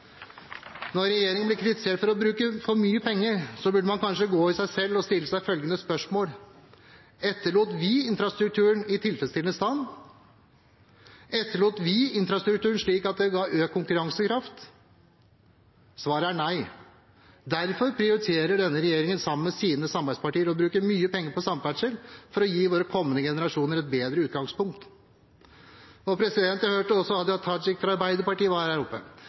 Når regjeringen blir kritisert for å bruke for mye penger, burde man kanskje gå i seg selv og stille seg følgende spørsmål: Etterlot vi infrastrukturen i tilfredsstillende stand? Etterlot vi infrastrukturen slik at det ga økt konkurransekraft? Svaret er nei. Derfor prioriterer denne regjeringen, sammen med sine samarbeidspartier, å bruke mye penger på samferdsel for å gi våre kommende generasjoner et bedre utgangspunkt. Jeg hørte at Hadia Tajik fra Arbeiderpartiet var her oppe